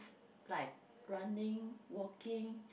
like running walking